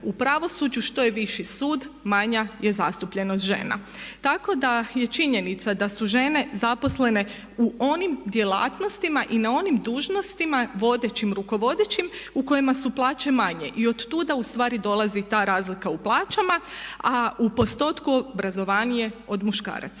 u pravosuđu što je viši sud manja je zastupljenost žena. Tako da je činjenica da su žene zaposlene u onim djelatnostima i na onim dužnostima vodećim i rukovodećim u kojima su plaće manje. I otuda ustvari dolazi ta razlika u plaćama. A u postotku obrazovanije su od muškaraca.